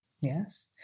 Yes